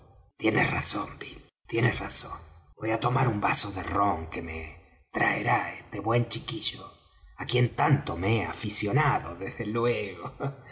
tienes razón bill tienes razón voy á tomar un vaso de rom que me traerá este buen chiquillo á quien tanto me he aficionado desde luego